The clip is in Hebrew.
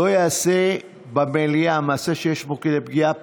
ולא יעשה במליאה מעשה שיש בו כדי פגיעה